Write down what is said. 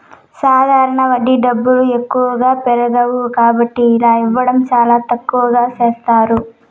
సాధారణ వడ్డీ డబ్బులు ఎక్కువగా పెరగవు కాబట్టి ఇలా ఇవ్వడం చాలా తక్కువగా చేస్తారు